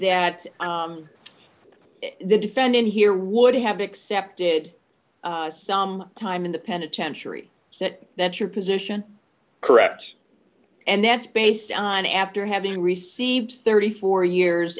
that the defendant here would have accepted some time in the penitentiary that's your position correct and that's based on after having received thirty four years